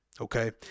okay